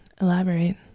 elaborate